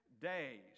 days